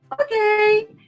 okay